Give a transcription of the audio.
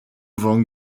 van